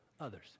others